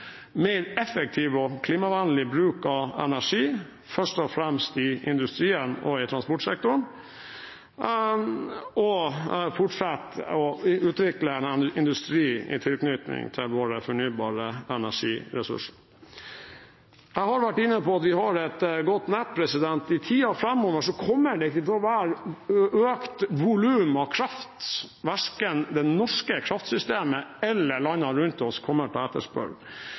mer effektiv og klimavennlig bruk av energi, først og fremst i industrien og i transportsektoren å fortsette å utvikle en industri i tilknytning til våre fornybare energiressurser Jeg har vært inne på at vi har et godt nett. I tiden framover kommer det ikke til å være økt volum av kraft verken det norske kraftsystemet eller landene rundt oss kommer til å